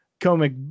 comic